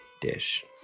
dish